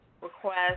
request